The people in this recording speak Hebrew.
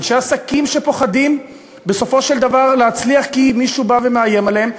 אנשי עסקים שפוחדים בסופו של דבר להצליח כי מישהו בא ומאיים עליהם.